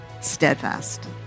steadfast